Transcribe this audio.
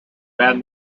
van